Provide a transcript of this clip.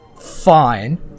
fine